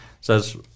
says